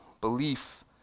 Belief